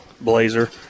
Blazer